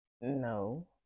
No